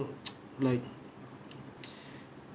like